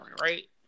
right